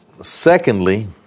Secondly